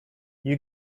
you